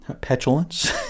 petulance